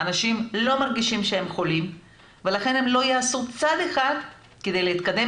אנשים לא מרגישים שהם חולים ולכן הם לא יעשו צעד אחד כדי להתקדם.